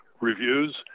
reviews